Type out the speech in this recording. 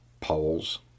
Polls